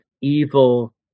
evil